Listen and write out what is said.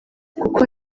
kuko